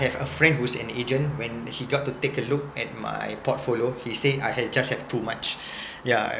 have a friend who's an agent when he got to take a look at my portfolio he said I had just have too much yeah